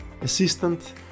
assistant